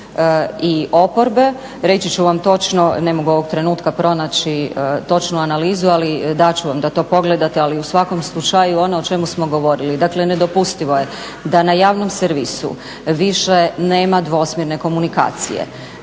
i oporbe. Reći ću vam točno, ne mogu ovog trenutka pronaći točnu analizu, ali dat ću vam da to pogledate. Ali u svakom slučaju ono o čemu smo govorili. Dakle, nedopustivo je da na javnom servisu više nema dvosmjerne komunikacije,